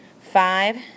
five